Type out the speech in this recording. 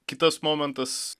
kitas momentas